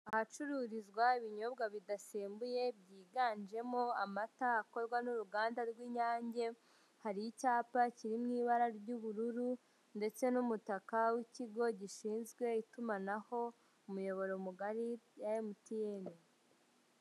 Ahacururizwa ibinyobwa bidasembuye byiganjemo, amata akorwa n'uruganda rw'inyange, hari icyapa kiri mu ibara ry'ubururu ndetse n'umutaka w'ikigo gishinzwe itumanaho, umuyoboro mugari wa emutiyene.